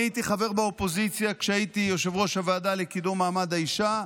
הייתי חבר באופוזיציה כשהייתי יושב-ראש הוועדה לקידום מעמד האישה,